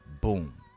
boom